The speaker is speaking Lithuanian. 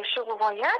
šiluvoje tai